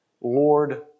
Lord